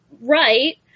right